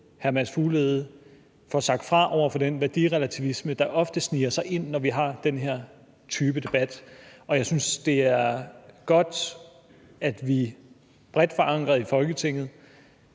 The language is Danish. hr. Mads Fuglede får sagt fra på over for den værdirelativisme, der ofte sniger sig ind, når vi har den her type debat. Jeg synes, det er godt, at vi bredt forankret i Folketinget